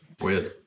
weird